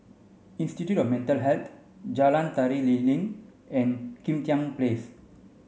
Institute of Mental Health Jalan Tari Lilin and Kim Tian Place